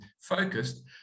focused